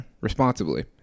responsibly